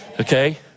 okay